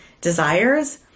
desires